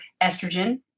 Estrogen